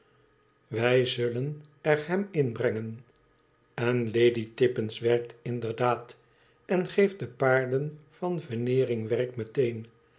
wij zullen er hem in brengen n lady tippins werkt inderdaad en geeft de paarden van veneering werk